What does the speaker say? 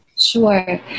Sure